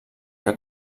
que